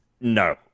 No